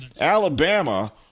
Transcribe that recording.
alabama